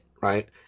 right